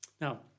Now